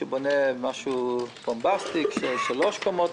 שבונה משהו בומבסטי של שלוש קומות,